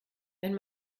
wenn